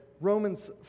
Romans